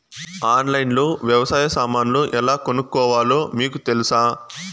ఆన్లైన్లో లో వ్యవసాయ సామాన్లు ఎలా కొనుక్కోవాలో మీకు తెలుసా?